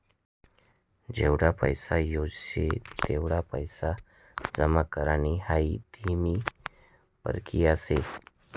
जेवढा पैसा जोयजे तेवढा पैसा जमा करानी हाई धीमी परकिया शे